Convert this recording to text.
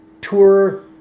tour